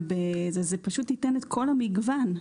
זה ייתן את כל המגוון.